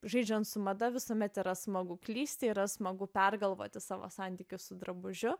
žaidžiant su mada visuomet yra smagu klysti yra smagu pergalvoti savo santykius su drabužiu